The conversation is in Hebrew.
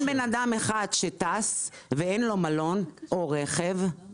יש בן אדם אחד טס ואין לו מלון או רכב.